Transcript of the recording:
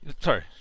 Sorry